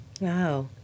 wow